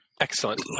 Excellent